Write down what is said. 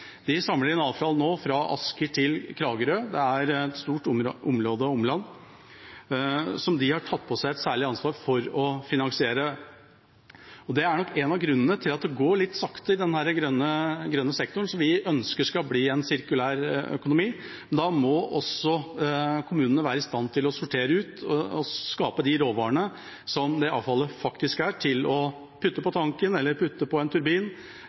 De samler nå inn avfall fra Asker til Kragerø – det er et stort område og omland. De har tatt på seg et særlig ansvar for å finansiere dette, og det er nok en av grunnene til at det går litt sakte i denne grønne sektoren, som vi ønsker skal bli en sirkulær økonomi. Da må også kommunene være i stand til å sortere ut og skape noe av de råvarene som det avfallet faktisk er, til å putte på tanken eller på en turbin,